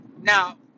Now